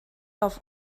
auf